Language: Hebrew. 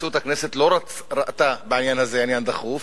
נשיאות הכנסת לא ראתה בעניין הזה עניין דחוף.